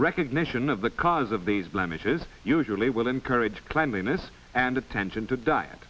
recognition of the causes of these blemishes usually will encourage cleanliness and attention to diet